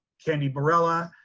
candy barela,